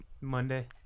Monday